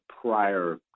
prior